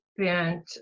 spent